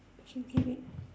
okay okay wait